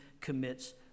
commits